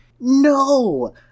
no